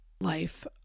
life